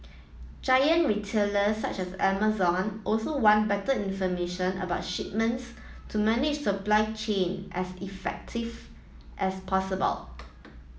giant retailers such as Amazon also want better information about shipments to manage supply chain as effective as possible